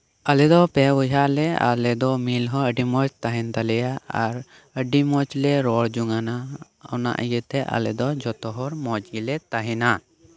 ᱟᱞᱮ ᱫᱚ ᱯᱮ ᱵᱚᱭᱦᱟᱜ ᱟᱞᱮ ᱟᱨ ᱟᱞᱮ ᱫᱚ ᱢᱤᱞ ᱦᱚᱸ ᱟᱹᱰᱤ ᱟᱸᱴ ᱛᱟᱦᱮᱱ ᱛᱟᱞᱮᱭᱟ ᱟᱨ ᱟᱹᱰᱤ ᱢᱚᱸᱡᱽ ᱞᱮ ᱨᱚᱲ ᱡᱚᱝᱟᱱᱟ ᱚᱱᱟ ᱤᱭᱟᱹᱛᱮ ᱟᱞᱮ ᱫᱚ ᱡᱚᱛᱚ ᱦᱚᱲ ᱢᱚᱸᱡᱽ ᱜᱮᱞᱮ ᱛᱟᱦᱮᱱᱟ